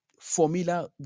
formula